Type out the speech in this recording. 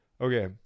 Okay